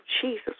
Jesus